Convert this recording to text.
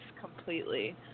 completely